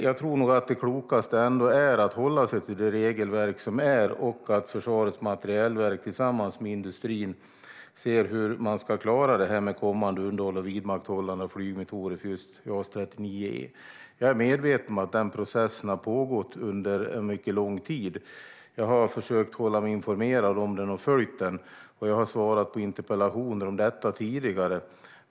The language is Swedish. Jag tror nog att det klokaste är att hålla sig till det regelverk som finns och att Försvarets materielverk tillsammans med industrin ser hur de ska klara kommande underhåll och vidmakthållande av flygmotorer för just JAS 39 E. Jag är medveten om att denna process har pågått under en mycket lång tid. Jag har försökt hålla mig informerad om den, och jag har följt den. Jag har svarat på interpellationer om detta tidigare.